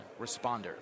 responders